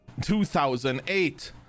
2008